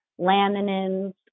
laminins